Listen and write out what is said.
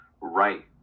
right